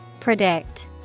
Predict